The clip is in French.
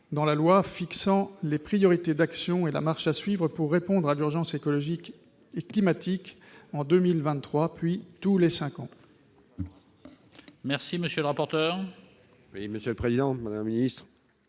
dans la loi fixant les priorités d'action et la marche à suivre pour répondre à l'urgence écologique et climatique, en 2023, puis, tous les cinq ans.